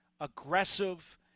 aggressive